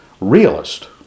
realist